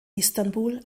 istanbul